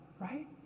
right